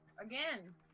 Again